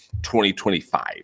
2025